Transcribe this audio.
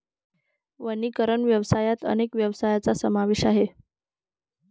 वनीकरण व्यवसायात अनेक व्यवसायांचा समावेश आहे